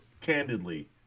candidly